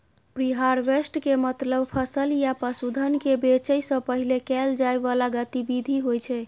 preharvest के मतलब फसल या पशुधन कें बेचै सं पहिने कैल जाइ बला गतिविधि होइ छै